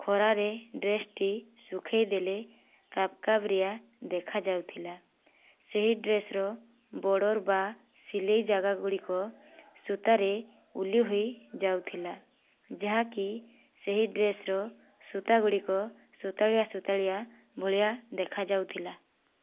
ଖରାରେ ଡ୍ରେସ୍ଟି ସୁଖେଇଦେଲେ କାବ୍ କାବରିଆ ଦେଖାଯାଉଥିଲା ସେହି ଡ୍ରେସ୍ର ବର୍ଡ଼ର ବା ସିଲେଇ ଜାଗା ଗୁଡ଼ିକ ସୂତାରେ ଉଲି ହୋଇ ଯାଉଥିଲା ଯାହାକି ସେହି ଡ୍ରେସ୍ର ସୁତା ଗୁଡ଼ିକ ସୁତାଳିଆ ସୁତାଳିଆ ଭଳିଆ ଦେଖାଯାଉଥିଲା